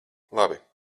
labi